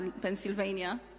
Pennsylvania